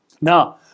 Now